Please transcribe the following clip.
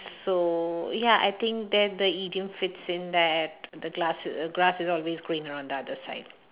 so ya I think that the idiom fits in there the grass is the grass is always greener on the other side